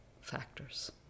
factors